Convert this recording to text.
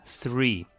three